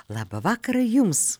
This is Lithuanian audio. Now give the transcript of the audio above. labą vakarą jums